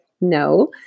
no